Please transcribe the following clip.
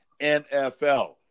NFL